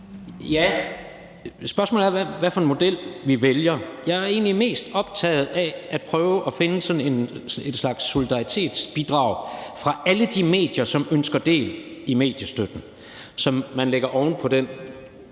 Ja, spørgsmålet er, hvilken model vi vælger. Jeg er egentlig mest optaget af at prøve at finde sådan en slags solidaritetsbidrag fra alle de medier, som ønsker at få del i mediestøtten, og som man så lægger oven på den